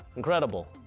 incredible,